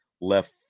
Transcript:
left